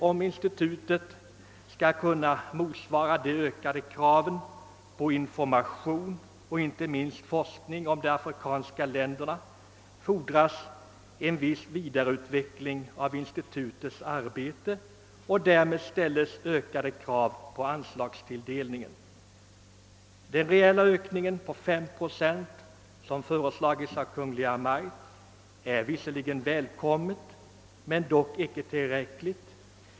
Om institutet skall kunna motsvara de ökade kraven på information och, inte minst, forskning beträffande de afrikanska länderna fordras vidareutveckling av institutets arbete. Därmed ställs ökade krav på anslagstilldelning. Den reella ökning med 5 procent som föreslagits av Kungl. Maj:t är visserligen välkommen men inte tillräcklig.